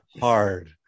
Hard